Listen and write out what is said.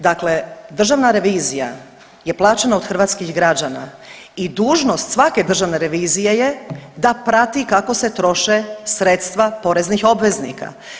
Dakle državna revizija je plaćena od hrvatskih građana i dužnost svake državne revizije je da prati kako se troše sredstva poreznih obveznika.